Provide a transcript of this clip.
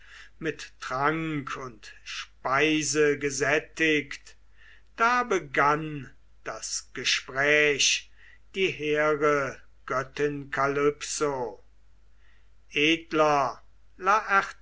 mit trank und speise gesättigt da begann das gespräch die hehre göttin kalypso